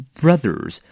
brothers